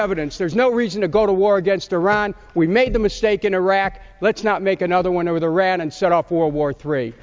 evidence there's no reason to go to war against iran we made the mistake in iraq let's not make another one over the ran and set off world war three